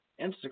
Instagram